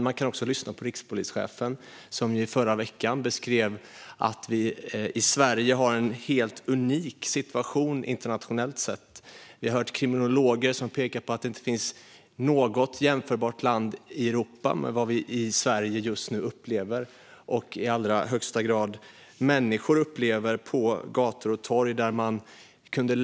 Man kan också lyssna på rikspolischefen, som i förra veckan beskrev att vi i Sverige har en unik situation internationellt sett. Vi har även hört kriminologer säga att inget annat jämförbart land i Europa upplever det Sverige och i högsta grad människor i Sverige upplever på gator och torg just nu.